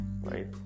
right